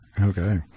okay